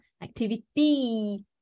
activity